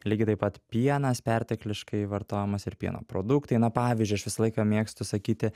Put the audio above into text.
lygiai taip pat pienas pertekliškai vartojamas ir pieno produktai na pavyzdžiui aš visą laiką mėgstu sakyti